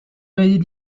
بدید